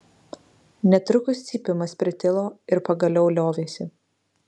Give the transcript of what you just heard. netrukus cypimas pritilo ir pagaliau liovėsi